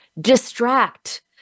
distract